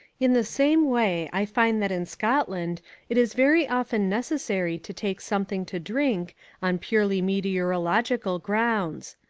in the same way i find that in scotland it is very often necessary to take something to drink on purely meteorological grounds.